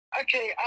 Okay